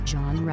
John